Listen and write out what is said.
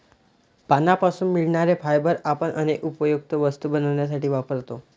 पानांपासून मिळणारे फायबर आपण अनेक उपयुक्त वस्तू बनवण्यासाठी वापरतो